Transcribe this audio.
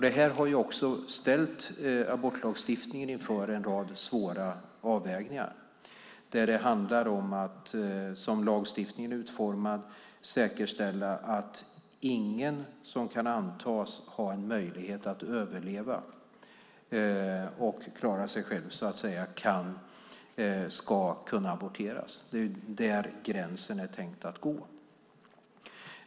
Det här har ställt abortlagstiftningen inför en rad svåra avvägningar, där det handlar om, såsom lagstiftningen är utformad, att säkerställa att ingen som kan antas ha en möjlighet att överleva och klara sig själv ska kunna aborteras. Där är gränsen tänkt att gå.